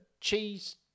cheese